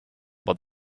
but